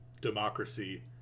democracy